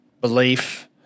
belief